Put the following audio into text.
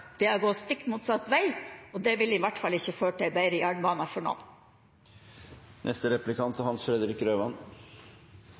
er å gå stikk motsatt vei, og det vil i hvert fall ikke føre til bedre jernbane for